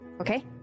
Okay